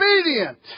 obedient